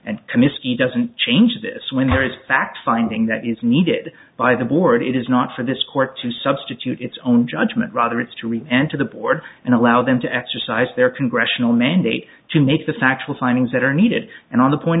committee doesn't change this when there is a fact finding that is needed by the board it is not for this court to substitute its own judgment rather it's to read and to the board and allow them to exercise their congressional mandate to make the factual findings that are needed and on the point